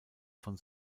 von